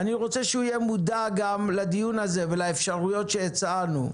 אני רוצה שהוא יהיה מודע גם לדיון הזה ולאפשרויות שהצענו,